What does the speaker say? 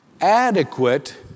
adequate